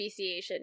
speciation